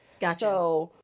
Gotcha